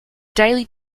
daily